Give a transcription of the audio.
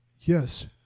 Yes